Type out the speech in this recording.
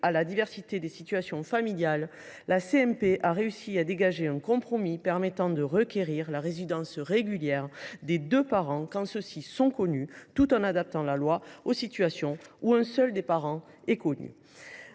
de la diversité des situations familiales, la commission mixte paritaire est parvenue à dégager un compromis permettant de requérir la résidence régulière des deux parents quand ceux ci sont connus, tout en adaptant le dispositif aux situations où un seul des parents est connu.